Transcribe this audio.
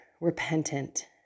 repentant